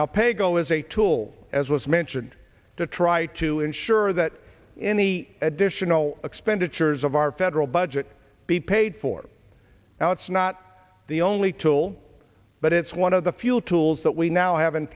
now pay go is a tool as was mentioned to try to ensure that any additional expenditures of our federal budget be paid for now it's not the only tool but it's one of the fuel tools that we now have in